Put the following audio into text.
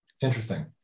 Interesting